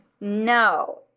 No